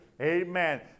Amen